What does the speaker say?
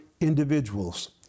individuals